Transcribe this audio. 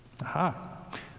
Aha